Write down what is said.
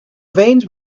veins